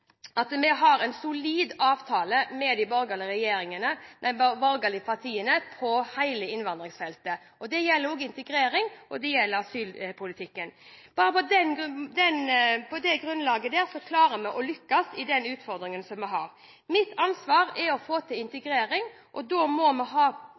at vi har en solid avtale med de borgerlige partiene på hele innvandringsfeltet. Det gjelder integrering, og det gjelder asylpolitikken. Bare på et slikt grunnlag klarer vi å lykkes med den utfordringen som vi har. Mitt ansvar er å få til integrering. Da må vi ha